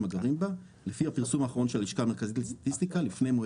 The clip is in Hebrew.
הגרים בה לפי הפרסום האחרון של הלשכה המרכזית לסטטיסטיקה לפני מועד